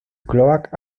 cloak